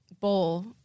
bowl